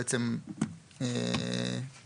בעקבות הדיונים שהיו בוועדה,